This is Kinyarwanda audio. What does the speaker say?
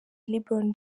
lebron